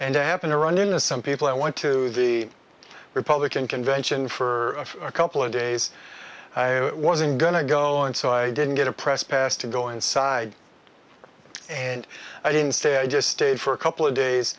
and i happen to run into some people i went to the republican convention for a couple of days i wasn't going to go in so i didn't get a press pass to go inside and i didn't say i just stayed for a couple of days